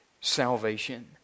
salvation